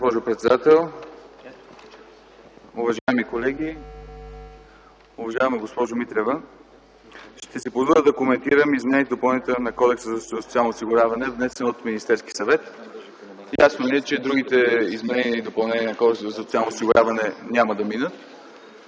Ви, госпожо председател. Уважаеми колеги, уважаема госпожо Митрева! Ще си позволя да коментирам измененията и допълненията на Кодекса за социално осигуряване, внесен от Министерския съвет. Ясно е, че другите изменения и допълнения на Кодекса за социално осигуряване няма да минат,